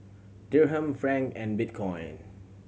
Dirham Franc and Bitcoin